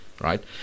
Right